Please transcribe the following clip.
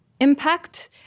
impact